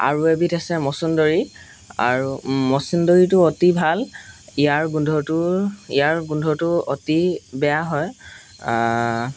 আৰু এবিধ আছে মচুন্দৰী আৰু মচুন্দৰীটো অতি ভাল ইয়াৰ গোন্ধটো ইয়াৰ গোন্ধটো অতি বেয়া হয়